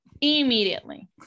immediately